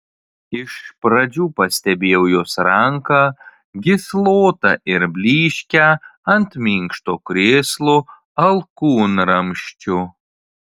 iš pradžių pastebėjau jos ranką gyslotą ir blyškią ant minkšto krėslo alkūnramsčio